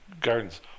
gardens